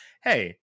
hey